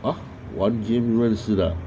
!huh! 玩 game 认识的啊